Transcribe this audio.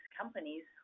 companies